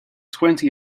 twenty